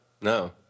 no